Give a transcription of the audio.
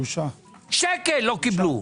שקל לא קיבלו.